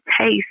taste